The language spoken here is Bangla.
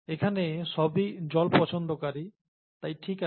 এখানে সবই জল পছন্দকারী তাই ঠিক আছে